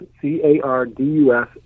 C-A-R-D-U-S